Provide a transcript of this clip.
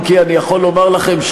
אם כי אני יכול לומר לכם,